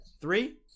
three